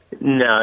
No